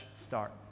start